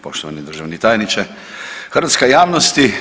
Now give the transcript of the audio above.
Poštovani državni tajniče, hrvatska javnosti.